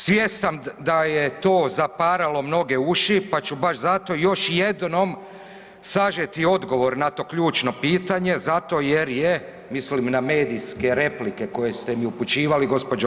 Svjestan da je to zaparalo mnoge uši pa ću baš zato još jednom sažeti odgovor na to ključno pitanje zato jer je, mislim na medijske replike koje ste mi upućivali, gđo.